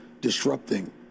disrupting